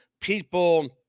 People